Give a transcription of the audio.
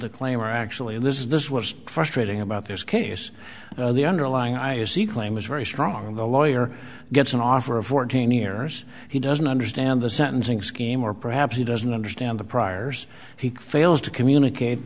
the claim are actually and this is this was frustrating about this case the underlying i see claim is very strong the lawyer gets an offer of fourteen years he doesn't understand the sentencing scheme or perhaps he doesn't understand the priors he fails to communicate